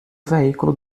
veículo